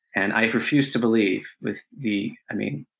and i refuse to believe, with the, i mean,